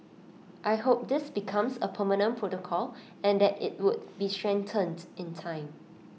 I hope this becomes A permanent protocol and that IT would be strengthened in time